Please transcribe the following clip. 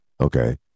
Okay